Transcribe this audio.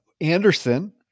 Anderson